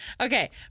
Okay